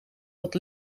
dat